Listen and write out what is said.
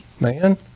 man